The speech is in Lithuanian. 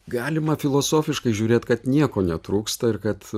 galima filosofiškai žiūrėt kad nieko netrūksta ir kad